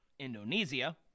Indonesia